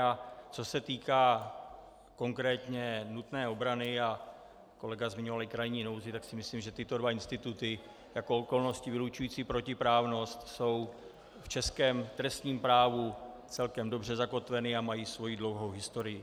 A co se týká konkrétně nutné obrany a kolega zmiňoval i krajní nouzi, tak si myslím, že tyto dva instituty jako okolnosti vylučující protiprávnost jsou v českém trestním právu celkem dobře zakotveny a mají svoji dlouhou historii.